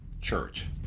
church